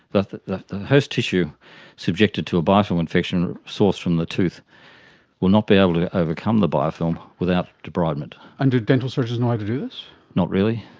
the the host tissue subjected to a biofilm infection sourced from the tooth will not be able to overcome the biofilm without debridement. and do dental surgeons know how to do this? not really,